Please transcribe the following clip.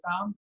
found